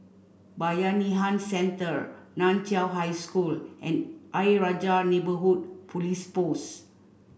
Bayanihan Centre Nan Chiau High School and Ayer Rajah Neighbourhood Police Post